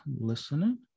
listening